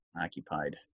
occupied